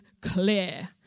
clear